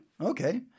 Okay